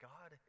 God